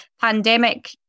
pandemic